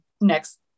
next